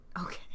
Okay